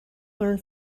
learn